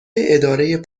اداره